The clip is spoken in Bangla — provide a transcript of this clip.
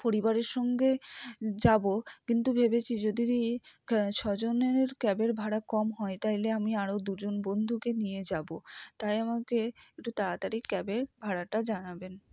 পরিবারের সঙ্গে যাব কিন্তু ভেবেছি যদি ছজনের ক্যাবের ভাড়া কম হয় তাইলে আমি আরও দুজন বন্ধুকে নিয়ে যাব তাই আমাকে একটু তাড়াতাড়ি ক্যাবের ভাড়াটা জানাবেন